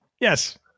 Yes